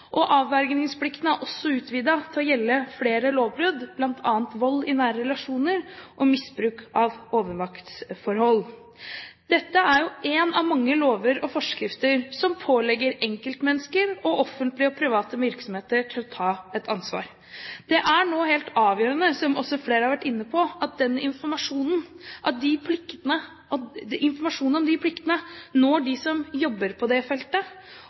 Avvergingsplikten er også utvidet til å gjelde flere lovbrudd, bl.a. vold i nære relasjoner og misbruk av overmaktsforhold. Dette er en av mange lover og forskrifter som pålegger enkeltmennesker og offentlige og private virksomheter å ta ansvar. Det er nå helt avgjørende – som flere har vært inne på – at informasjonen om de pliktene når dem som jobber på det feltet.